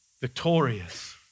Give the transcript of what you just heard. victorious